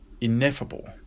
ineffable